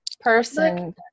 person